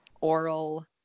oral